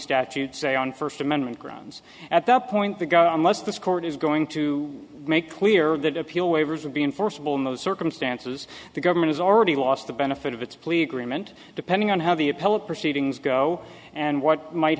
statute say on first amendment grounds at that point the go unless this court is going to make clear that appeal waivers would be enforceable in those circumstances the government has already lost the benefit of its plea agreement depending on how the appellate proceedings go and what might